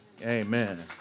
Amen